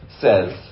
says